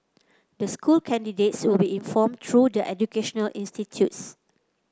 the school candidates will be informed through the educational institutes